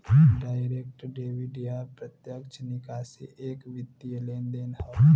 direct debit या प्रत्यक्ष निकासी एक वित्तीय लेनदेन हौ